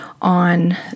on